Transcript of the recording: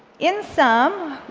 in sum,